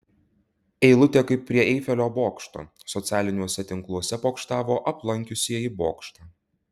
eilutė kaip prie eifelio bokšto socialiniuose tinkluose pokštavo aplankiusieji bokštą